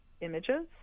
images